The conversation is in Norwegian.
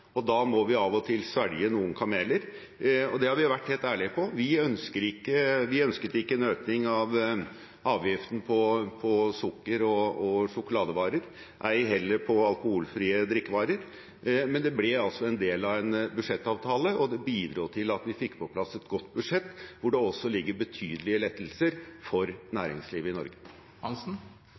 Da må vi av og til svelge noen kameler, det har vi vært helt ærlige om. Vi ønsket ikke en økning av avgiften på sukker- og sjokoladevarer, ei heller på alkoholfrie drikkevarer, men det ble en del av en budsjettavtale, og det bidro til at vi fikk på plass et godt budsjett, hvor det også ligger betydelige lettelser for næringslivet i